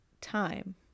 time